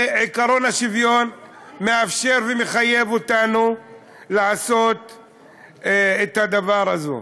ועקרון השוויון מאפשר ומחייב אותנו לעשות את הדבר הזה.